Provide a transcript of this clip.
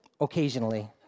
occasionally